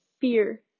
fear